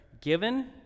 given